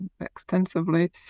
extensively